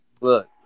Look